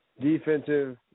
defensive